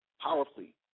powerfully